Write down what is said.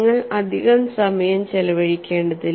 നിങ്ങൾ അധികം സമയം ചെലവഴിക്കേണ്ടതില്ല